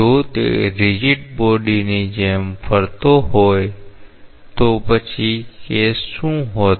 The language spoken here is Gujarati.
જો તે રીજીડ બોડીની જેમ ફરતો હોત તો પછી કેસ શું હોત